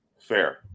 Fair